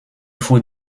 faut